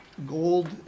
Gold